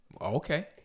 Okay